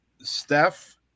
steph